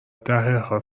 دههها